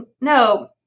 No